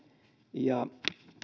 ja